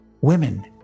women